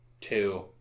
Two